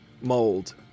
mold